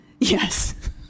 Yes